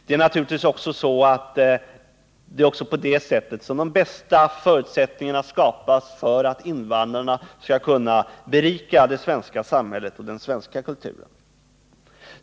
På det sättet skapas naturligtvis de bästa förutsättningarna för att invandrarna skall kunna berika det svenska samhället och den svenska kulturen.